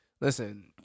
Listen